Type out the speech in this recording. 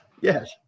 Yes